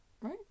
right